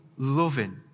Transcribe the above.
loving